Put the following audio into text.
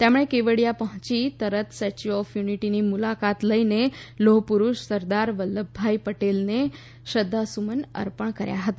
તેમણે કેવડિયા પહોંચી તરત સ્ટેચ્યૂ ઓફ યુનિટીની મુલાકાત લઈને લોહપુરુષ સરદાર વલ્લભભાઈ પટેલને શ્રદ્ધાસુમન અર્પણ કર્યા હતા